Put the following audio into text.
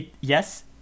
yes